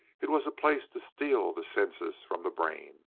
it was a place to steal the senses from the brain,